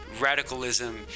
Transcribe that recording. radicalism